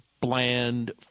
bland